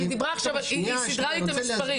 היא סידרה לי את המספרים.